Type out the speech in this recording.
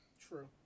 True